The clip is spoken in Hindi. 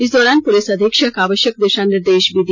इस दौरान पुलिस अधीक्षक आवष्यक दिषा निर्देष दिया